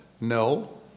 No